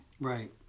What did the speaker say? Right